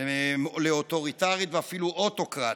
לאוטוריטרית ואפילו אוטוקרטית.